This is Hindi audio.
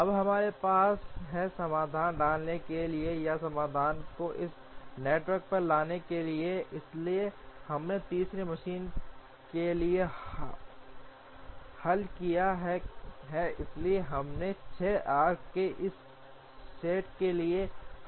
अब हमारे पास है समाधान डालने के लिए या समाधान को इस नेटवर्क पर लाने के लिए इसलिए हमने तीसरी मशीन के लिए हल किया है इसलिए हमने 6 आर्क्स के इस सेट के लिए हल किया है